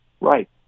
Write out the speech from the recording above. Right